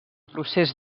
procés